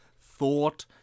thought